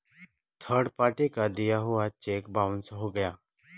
third party का दिया हुआ चेक बाउंस हो गया